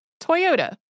Toyota